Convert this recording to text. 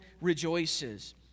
rejoices